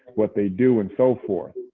what they do, and so forth.